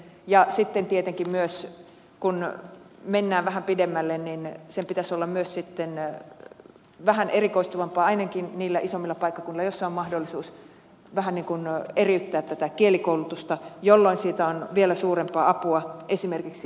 ja sitten tietenkin myös kun mennään vähän pidemmälle sen pitäisi olla myös sitten vähän erikoistuvampaa ainakin niillä isommilla paikkakunnilla joilla on mahdollisuus vähän niin kuin eriyttää tätä kielikoulutusta jolloin siitä on vielä suurempaa apua esimerkiksi siihen työllistymiseen